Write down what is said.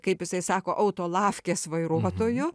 kaip jisai sako autolafkės vairuotoju